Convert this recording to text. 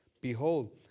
Behold